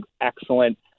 excellent